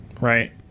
right